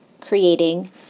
creating